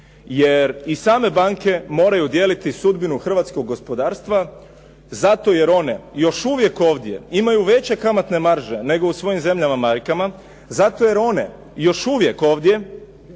Jer i same banke moraju dijeliti sudbinu hrvatskog gospodarstva zato jer one još uvijek ovdje imaju veće kamatne marže nego u svojim zemljama majkama zato jer one još uvijek ovdje